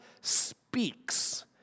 speaks